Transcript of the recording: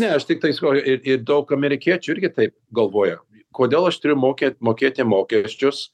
ne aš tiktai sakau ir daug amerikiečių irgi taip galvoja kodėl aš turiu mokė mokėti mokesčius